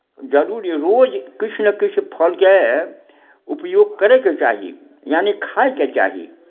जरूर रोज किछु ने किछु फलके उपयोग करयके चाही यानी खायके चाही